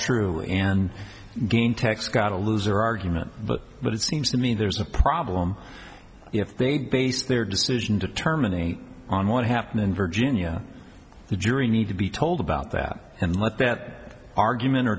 true and again tex got a loser argument but but it seems to me there's a problem if they base their decision to terminate on what happened in virginia the jury need to be told about that and let that argument or